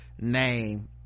name